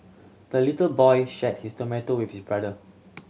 the little boy shared his tomato with his brother